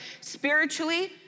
spiritually